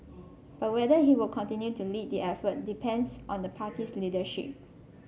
but whether he will continue to lead the effort depends on the party's leadership